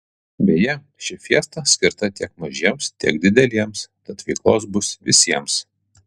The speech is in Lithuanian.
beje ši fiesta skirta tiek mažiems tiek dideliems tad veiklos bus visiems